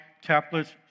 tablets